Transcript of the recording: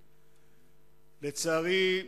לצערי,